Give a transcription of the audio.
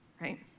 right